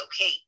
okay